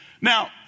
Now